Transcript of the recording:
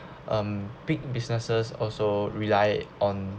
um big businesses also relied on